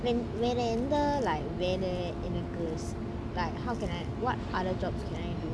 வேற ஏகாந்த:vera yeantha like வேற என்னக்கு:vera ennaku like how can I what other jobs can I do